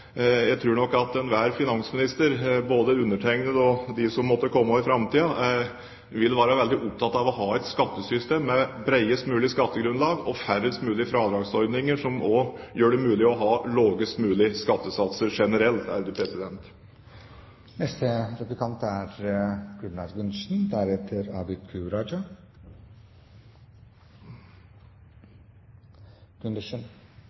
Jeg tror nok at enhver finansminister, både jeg og de som måtte komme i framtiden, vil være veldig opptatt av å ha et skattesystem med bredest mulig skattegrunnlag og færrest mulig fradragsordninger, som gjør det mulig å ha lavest mulig skattesats generelt. Vi hører hele tiden at verdien av naturalytelser øker med lønn. Det er